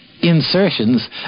insertions